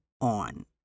on